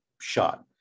shot